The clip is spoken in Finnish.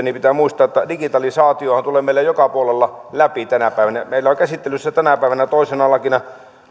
niin pitää muistaa että digitalisaatiohan tulee meillä joka puolella läpi tänä päivänä meillä on käsittelyssä tänä päivänä toisena lakina